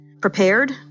prepared